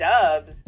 dubs